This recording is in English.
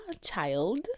child